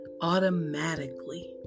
automatically